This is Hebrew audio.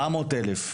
400 אלף,